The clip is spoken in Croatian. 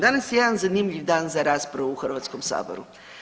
Danas je jedan zanimljiv dan za raspravu u Hrvatskom saboru.